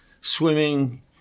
swimming